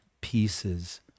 pieces